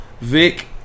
Vic